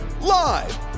Live